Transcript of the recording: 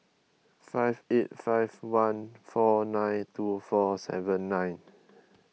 five eight five one four nine two four seven nine